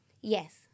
yes